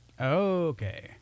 Okay